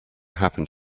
happened